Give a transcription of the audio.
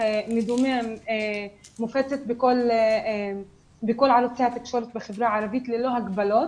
מדמם מופצת בכל ערוצי התקשורת בחברה הערבית ללא הגבלות.